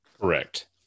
correct